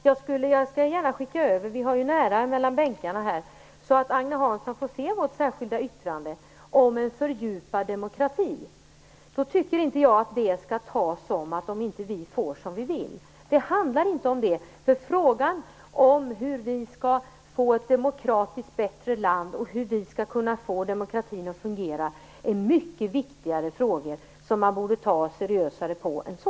Jag skall gärna skicka över vårt särskilda yttrande om en fördjupad demokrati - vi har ju nära mellan bänkarna här - så att Agne Hansson får se det. Jag tycker inte att det skall tas som att vi inte får som vi vill. Det handlar inte om det. Frågan om hur vi skall få ett demokratiskt bättre land få demokratin att fungera är mycket viktigare och borde tas seriösare än så.